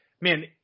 man